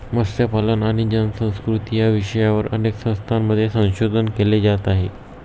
मत्स्यपालन आणि जलसंस्कृती या विषयावर अनेक संस्थांमध्ये संशोधन केले जात आहे